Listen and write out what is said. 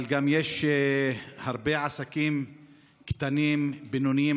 גם יש הרבה עסקים קטנים ובינוניים,